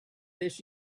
this